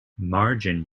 margin